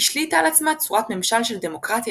השליטה על עצמה צורת ממשל של דמוקרטיה